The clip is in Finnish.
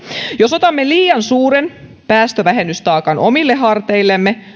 jos otamme liian suuren päästövähennystaakan omille harteillemme